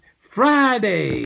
Friday